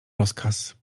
rozkaz